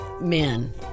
men